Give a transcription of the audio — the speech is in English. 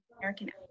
American